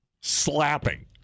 Slapping